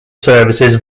services